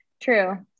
True